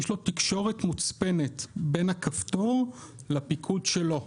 יש לו תקשורת מוצפנת בין הכפתור לפיקוד שלו.